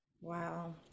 Wow